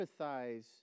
empathize